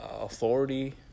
authority